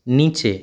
নিচে